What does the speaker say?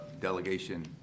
delegation